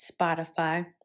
Spotify